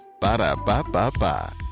Ba-da-ba-ba-ba